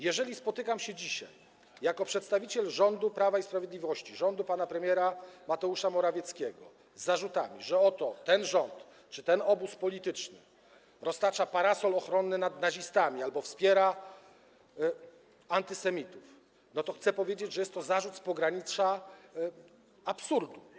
Jeżeli spotykam się dzisiaj jako przedstawiciel rządu Prawa i Sprawiedliwości, rządu pana premiera Mateusza Morawieckiego z zarzutami, że oto ten rząd, czy ten obóz polityczny roztacza parasol ochronny nad nazistami albo wspiera antysemitów, to chcę powiedzieć, że jest to zarzut z pogranicza absurdu.